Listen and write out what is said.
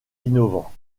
innovant